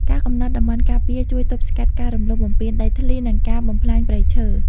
ការកំណត់តំបន់ការពារជួយទប់ស្កាត់ការរំលោភបំពានដីធ្លី និងការបំផ្លាញព្រៃឈើ។